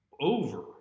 over